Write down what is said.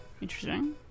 Interesting